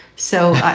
so